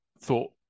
thought